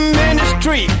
ministry